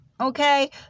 Okay